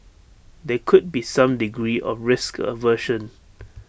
there could be some degree of risk aversion